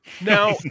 Now